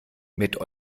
mit